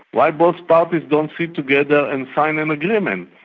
why both parties don't sit together and sign an agreement,